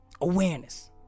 Awareness